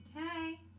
Hey